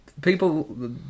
people